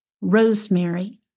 rosemary